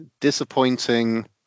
disappointing